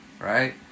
Right